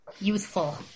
youthful